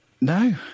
No